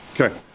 Okay